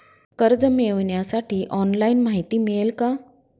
कर्ज मिळविण्यासाठी ऑनलाइन माहिती मिळेल का?